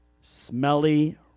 smelly